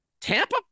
Tampa